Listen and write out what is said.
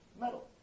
Metal